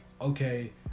Okay